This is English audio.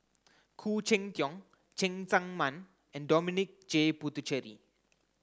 Khoo Cheng Tiong Cheng Tsang Man and Dominic J Puthucheary